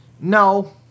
No